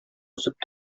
үсеп